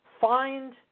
find